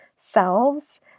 selves